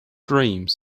dreams